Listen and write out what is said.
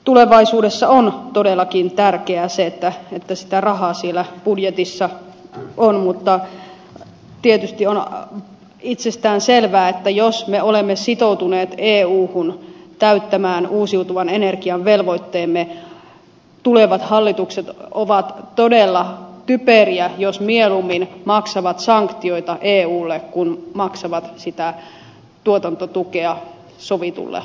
tulevaisuudessa on todellakin tärkeää se että sitä rahaa siellä budjetissa on mutta tietysti on itsestään selvää että jos me olemme sitoutuneet eussa täyttämään uusiutuvan energian velvoitteemme tulevat hallitukset ovat todella typeriä jos mieluummin maksavat sanktioita eulle kuin maksavat sitä tuotantotukea sovitulla lainsäädännöllä